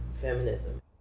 feminism